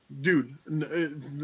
dude